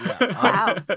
Wow